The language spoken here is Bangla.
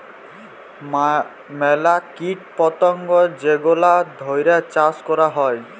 ম্যালা কীট পতঙ্গ যেগলা ধ্যইরে চাষ ক্যরা হ্যয়